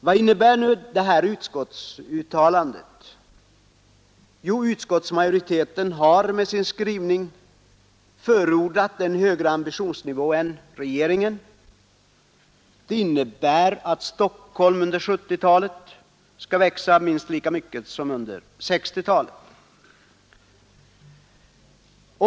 Vad innebär nu det här utskottsuttalandet? Jo, utskottsmajoriteten har med sin skrivning förordat en högre ambitionsnivå än regeringen. Det innebär att Stockholm under 1970-talet skall växa minst lika mycket som under 1960-talet.